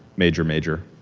major, major.